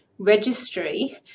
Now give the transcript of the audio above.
registry